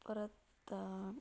परत